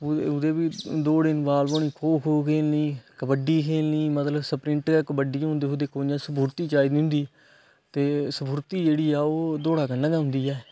ओहदे बी दौड़ नार्मल खो खो खेलनी कबड्डी खेलनी मतलब सप्रिंट ते कबड्डी हून तुस दिक्खो जियां सफूरती चाहिदी होंदी ते सफुर्ती जेहडी ऐ ओह् दौड़ा कन्नै गै औंदी